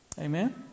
Amen